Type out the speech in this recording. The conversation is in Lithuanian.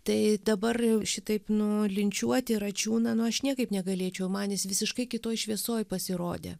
tai dabar šitaip nulinčiuoti račiūną nu aš niekaip negalėčiau man jis visiškai kitoj šviesoj pasirodė